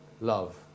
love